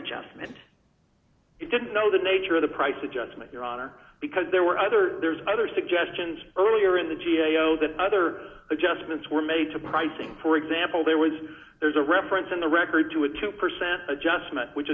adjustment you didn't know the nature of the price adjustment your honor because there were other there's other suggestions earlier in the g a o the other adjustments were made to pricing for example there was there's a reference in the record to a two percent adjustment which